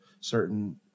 certain